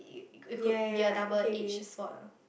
it could be a double edged sword